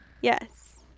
yes